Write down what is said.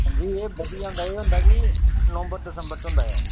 हां जी एह् बधिया होंदा बधिया होंदा कि नवंबर दिसंबर च होंदा ऐ